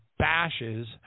bashes